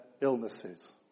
illnesses